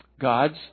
Gods